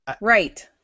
Right